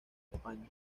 españa